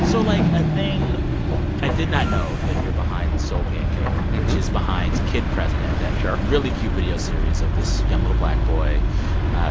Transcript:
so, like, a thing i did not know that you're behind soulpancake, which is behind kid president, that really cute video series of this young little black boy